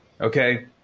okay